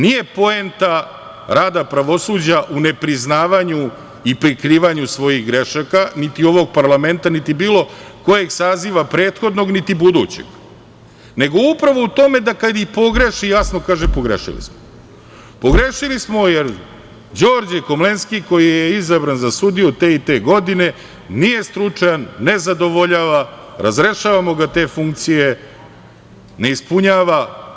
Nije poenta rada pravosuđa u nepriznavanju i prikrivanju svojih grešaka, niti ovog parlamenta, niti bilo kojeg saziva prethodnog, niti budućeg, nego upravo u tome da kada i pogreši jasno kaže – pogrešili smo, pogrešili smo jer Đorđe Komlenski koji je izabran za sudiju te i te godine nije stručan, nezadovoljava, razrešavamo ga te funkcije, ne ispunjava.